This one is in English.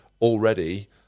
already